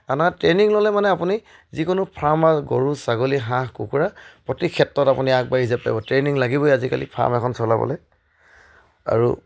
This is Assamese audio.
আন ট্ৰেইনিং ল'লে মানে আপুনি যিকোনো ফাৰ্ম গৰু ছাগলী হাঁহ কুকুৰা প্ৰতি ক্ষেত্ৰত আপুনি আগবাঢ়ি যাব পাৰিব ট্ৰেইনিং লাগিবই আজিকালি ফাৰ্ম এখন চলাবলৈ আৰু